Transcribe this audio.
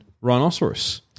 Rhinoceros